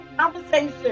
conversation